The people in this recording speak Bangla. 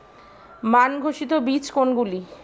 মান ঘোষিত বীজ কোনগুলি?